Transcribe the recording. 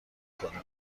کنه